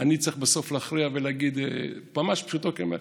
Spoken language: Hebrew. אני צריך בסוף להכריע ולהגיד, ממש, פשוטו כמשמעו.